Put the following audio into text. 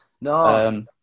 no